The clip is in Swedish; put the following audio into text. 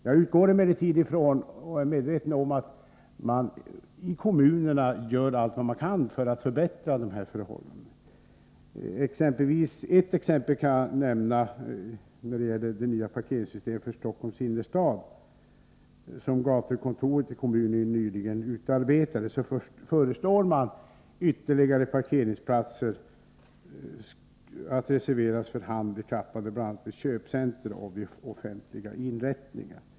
Jag utgår emellertid ifrån och vet också att man i kommunerna gör allt vad man kan för att förbättra förhållandena. Ett exempel kan jag nämna. Det gäller det nya parkeringssystemet för Stockholms innerstad, som gatukontoret i kommunen nyligen utarbetade. Där föreslår man att ytterligare parkeringsplatser skall reserveras för handikappade, bl.a. vid köpcentra och vid offentliga inrättningar.